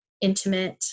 intimate